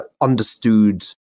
understood